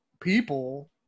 people